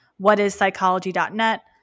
whatispsychology.net